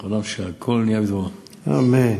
ג.